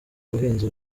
buhinzi